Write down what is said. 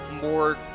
more